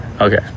Okay